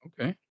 Okay